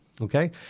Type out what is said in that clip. okay